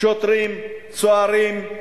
שוטרים, סוהרים,